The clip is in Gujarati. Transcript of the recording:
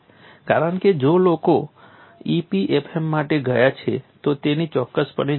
કારણ કે જો લોકો EPFM માટે ગયા છે તો તેની ચોક્કસપણે જરૂર છે